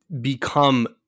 become